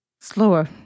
Slower